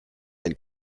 and